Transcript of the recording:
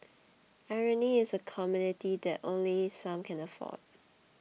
irony is a commodity that only some can afford